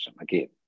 again